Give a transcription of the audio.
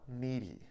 needy